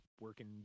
working